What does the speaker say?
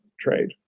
trade